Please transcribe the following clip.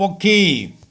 ପକ୍ଷୀ